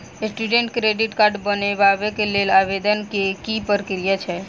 Student credit card बनेबाक लेल आवेदन केँ की प्रक्रिया छै?